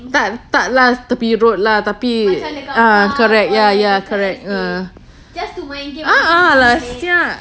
tak tak tepi road lah tapi ah correct ya ya correct ah ah ah lah [sial]